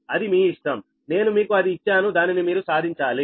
అది మీ ఇష్టం నేను మీకు అది ఇచ్చాను దానిని మీరు సాధించాలి